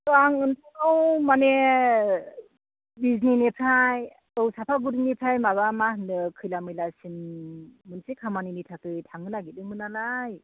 आं नोंथांनाव माने बिजनिनिफ्राय औ साफागुरिनिफ्राय माबा मा होनो खैलामैलासिम मोनसे खामानिनि थाखै थांनो नागिरदोंमोननालाय